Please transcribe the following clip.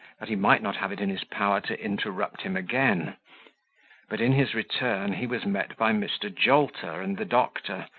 that he might not have it in his power to interrupt him again but in his return he was met by mr. jolter and the doctor,